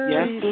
Yes